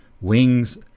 Wings